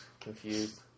confused